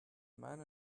man